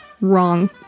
wrong